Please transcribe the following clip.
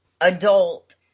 adult